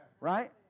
Right